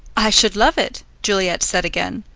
i should love it, juliet said again.